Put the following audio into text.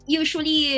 usually